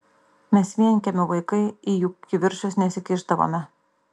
mes vienkiemių vaikai į jų kivirčus nesikišdavome